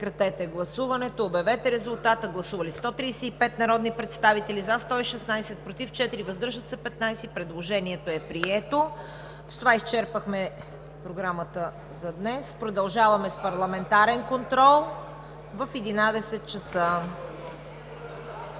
на Законопроекта и Член единствен. Гласували 135 народни представители: за 116, против 4, въздържали се 15. Предложението е прието. С това изчерпахме програмата за днес. Продължаваме с парламентарен контрол в 11,00 ч.